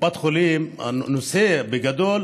וקופת חולים, הנושא בגדול